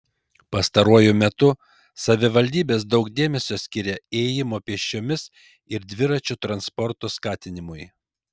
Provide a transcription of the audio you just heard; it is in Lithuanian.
pastaruoju metu savivaldybės daug dėmesio skiria ėjimo pėsčiomis ir dviračių transporto skatinimui